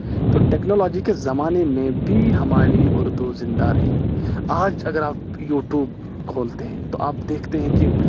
تو ٹیکنالوجی کے زمانے میں بھی ہماری اردو زندہ رہی آج اگر آپ یو ٹوب کھولتے ہیں تو آپ دیکھتے ہیں کہ